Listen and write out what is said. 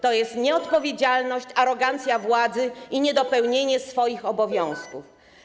To jest nieodpowiedzialność, arogancja władzy i niedopełnienie obowiązków.